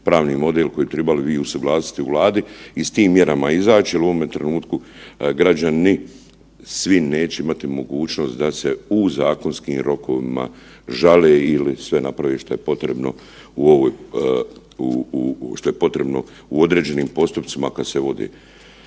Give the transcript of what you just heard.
pravni model koji bi tribali vi usuglasiti u Vladi i s tim mjerama izaći jer u ovome trenutku građani svi neće imati tu mogućnost da se u zakonskim rokovima žale ili sve naprave šta je potrebno u ovoj, što je potrebno